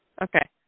Okay